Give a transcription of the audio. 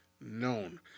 known